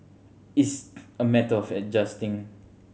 it's a matter of adjusting